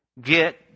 get